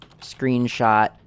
Screenshot